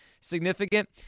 significant